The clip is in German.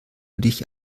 dich